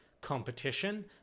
competition